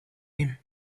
him